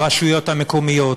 הרשויות המקומיות,